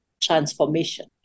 transformation